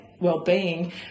well-being